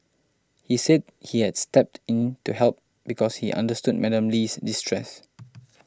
he said he has stepped in to help because he understood Madam Lee's distress